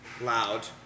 loud